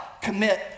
commit